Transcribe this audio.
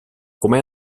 come